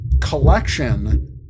collection